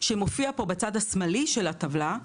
שמופיע פה בצד השמאלי של הטבלה,